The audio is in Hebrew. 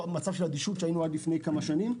מצב של אדישות שבו היינו עד לפני כמה שנים.